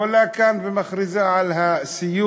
עולה כאן ומכריזה על סיום